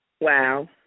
Wow